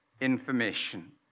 information